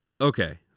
okay